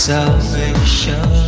salvation